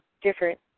different